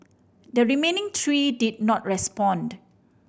the remaining three did not respond